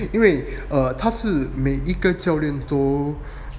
因为 err 每一个教练都